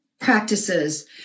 Practices